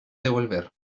devolver